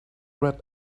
red